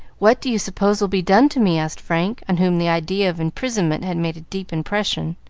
what do you suppose will be done to me? asked frank, on whom the idea of imprisonment had made a deep impression.